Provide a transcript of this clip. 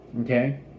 Okay